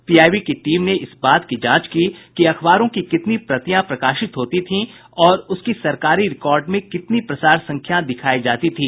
PIB की team ने इस बात की जांच की कि अखबारों की कितनी प्रतियां प्रकाशित होती थीं और उसकी सरकारी रिकार्ड में कितनी प्रसार संख्या दिखायी जाती थी